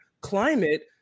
climate